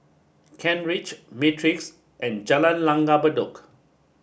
Kent Ridge Matrix and Jalan Langgar Bedok